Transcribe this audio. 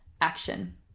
action